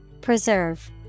Preserve